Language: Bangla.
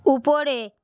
উপরে